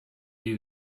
you